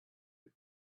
had